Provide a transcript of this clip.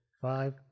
five